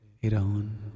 Iran